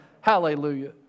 Hallelujah